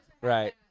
right